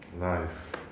Nice